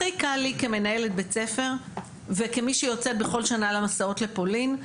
הכי קל לי כמנהלת בית ספר וכמי שיוצאת בכל שנה למסעות לפולין,